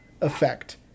effect